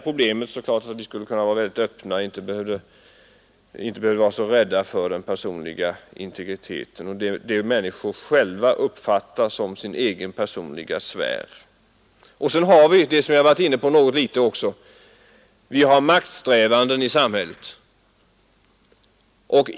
Om vi inte hade behövt vara så rädda om den personliga integriteten — alltså det som människorna själva uppfattar som sin egen personliga sfär — kunde vi också vara mera öppna för förslaget. Vidare har vi det som jag redan har varit inne på, nämligen maktsträvandena i samhället.